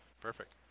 perfect